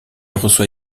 reçoit